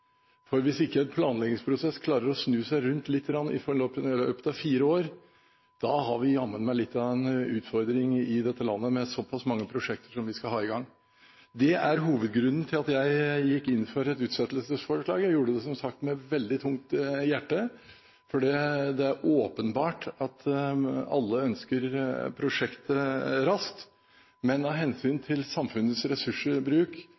Hvis ikke en planleggingsprosess klarer å snu seg litt rundt i løpet av fire år, har vi jammen en utfordring i dette landet med såpass mange prosjekter som vi skal ha i gang. Det er hovedgrunnen til at jeg gikk inn for utsettelsesforslaget. Jeg gjorde det, som sagt, med veldig tungt hjerte, for det er åpenbart at alle ønsker prosjektet raskt. Men av hensyn til samfunnets ressursbruk